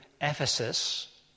Ephesus